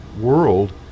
world